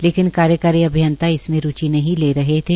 लेकिन कार्यकारी अभियंता इसमें रूचि नहीं ले रहे थे